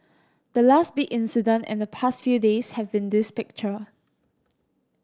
the last big incident in the past few days have been this picture